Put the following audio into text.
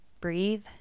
breathe